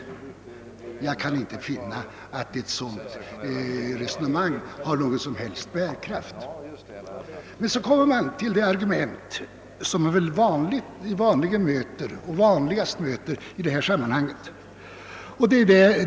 Jag kan inte finna att ett sådant resonemang har någon som helst bärkraft. Men så kommer vi till det argument som man vanligast möter i sammanhanget.